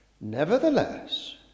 Nevertheless